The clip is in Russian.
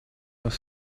вас